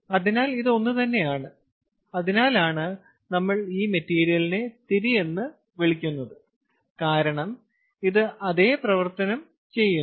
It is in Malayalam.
അതിനാൽ ഇത് ഒന്നുതന്നെയാണ് അതിനാലാണ് നമ്മൾ ഈ മെറ്റീരിയലിനെ തിരി എന്ന് വിളിക്കുന്നത് കാരണം ഇത് അതേ പ്രവർത്തനം ചെയ്യുന്നു